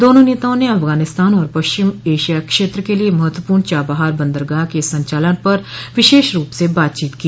दोनों नेताओं ने अफगानिस्तान और पश्चिम एशिया क्षेत्र के लिए महत्वपूर्ण चाबहार बंदरगाह के संचालन पर विशेष रूप से बातचीत की